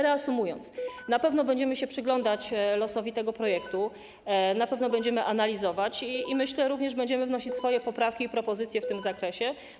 Reasumując, na pewno będziemy się przyglądać losowi tego projektu, na pewno będziemy to analizować i myślę, że również będziemy wnosić swoje poprawki i propozycje w tym zakresie.